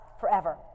forever